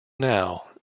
now